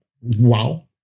wow